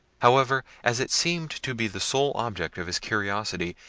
however, as it seemed to be the sole object of his curiosity,